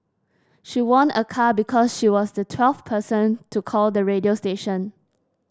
she won a car because she was the twelfth person to call the radio station